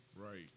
Right